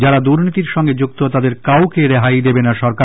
যারা দুর্নীতির সঙ্গে যুক্ত তাদের কাউকে রেহাই দেবেনা সরকার